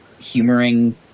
humoring